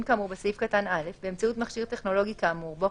כאמור בסעיף קטן (א) באמצעות מכשיר טכנולוגי כאמור בו,